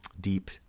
deep